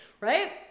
Right